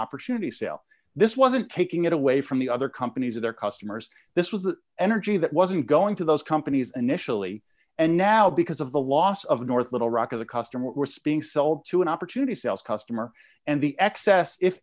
opportunity sale this wasn't taking it away from the other companies or their customers this was an energy that wasn't going to those companies initially and now because of the loss of north little rock of the customer we're speaking still to an opportunity sales customer and the excess if